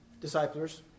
disciples